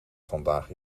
vandaag